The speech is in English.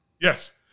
Yes